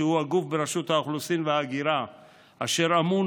שהוא הגוף ברשות האוכלוסין וההגירה אשר אמון